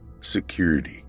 Security